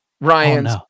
Ryan's